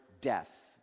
death